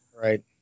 Right